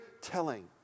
telling